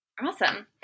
Awesome